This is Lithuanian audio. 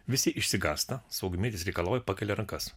visi išsigąsta saugumietis reikalauja pakelia rankas